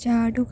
ചാടുക